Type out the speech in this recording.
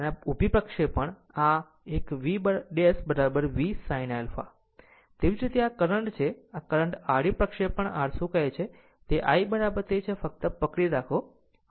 અને આ ઉભી પ્રક્ષેપણ આ એકV ' V sin α તેવી જ રીતે આ કરંટ છે આ કરંટ આડી પ્રક્ષેપણ r શું કહે છે i તે છે ફક્ત પકડી રાખો